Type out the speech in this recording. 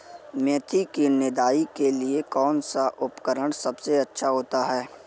मेथी की निदाई के लिए कौन सा उपकरण सबसे अच्छा होता है?